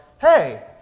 Hey